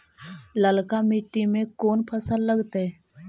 ललका मट्टी में कोन फ़सल लगतै?